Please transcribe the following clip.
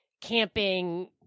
camping